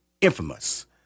infamous